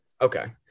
Okay